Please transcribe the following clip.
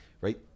Right